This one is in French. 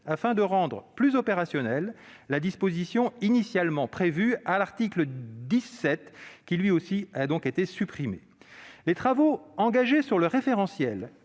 afin de rendre plus opérationnelle la disposition initialement prévue à l'article 17, qui a lui aussi été supprimé. Les travaux engagés sur le référentiel